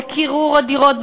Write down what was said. בקירור הדירות,